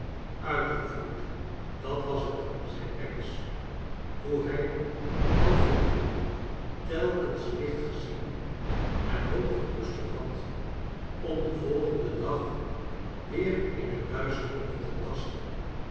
uitgewroet dat was het zei pancks hoe hij al wroetende telkens licht gezien en hoop gekoesterd had om den volgenden dag weer in het duister rond te tasten